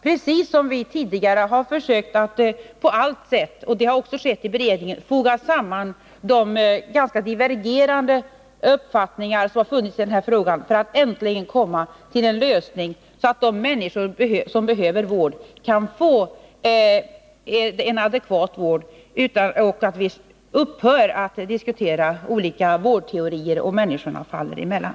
Vi har också tidigare försökt att på allt sätt — det har också skett i beredningen — foga samman de ganska divergerande uppfattningar som funnits i frågan för att äntligen komma fram till en lösning, så att de människor som behöver vård kan få en adekvat vård. Vi bör också upphöra att diskutera olika vårdteorier så att människorna faller emellan.